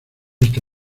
esta